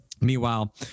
Meanwhile